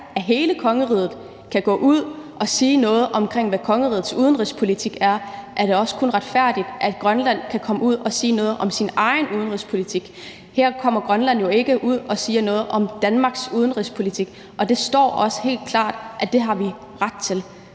af hele kongeriget kan gå ud og sige noget om, hvad kongerigets udenrigspolitik er, er det selvfølgelig også kun retfærdigt, at Grønland kan komme ud og sige noget om sin egen udenrigspolitik. Her kommer Grønland jo ikke ud og siger noget om Danmarks udenrigspolitik, og det står også helt klart, at det har vi ret til.